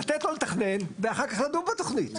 לתת לו לתכנן ואחר כך לדון בתוכנית.